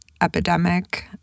epidemic